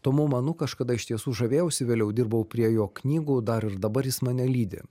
tomu manu kažkada iš tiesų žavėjausi vėliau dirbau prie jo knygų dar ir dabar jis mane lydi